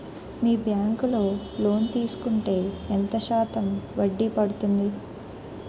మీ bank లో loan తీసుకుంటే ఎంత శాతం వడ్డీ పడ్తుంది?